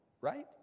right